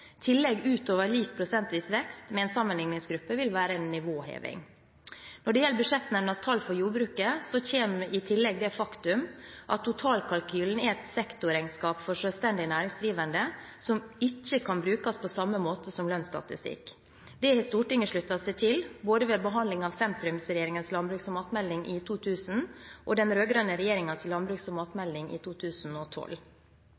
Tillegg utover lik prosentvis vekst med en sammenligningsgruppe vil være en nivåheving. Når det gjelder Budsjettnemndas tall for jordbruket, kommer i tillegg det faktum at totalkalkylen er et sektorregnskap for selvstendig næringsdrivende som ikke kan brukes på samme måte som lønnsstatistikk. Det har Stortinget sluttet seg til ved behandlingen av både sentrumsregjeringens landbruks- og matmelding i 2000, og den rød-grønne regjeringens landbruks- og